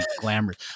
glamorous